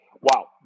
Wow